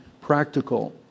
practical